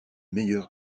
meilleur